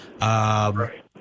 Right